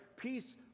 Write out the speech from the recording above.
peace